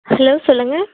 hello சொல்லுங்க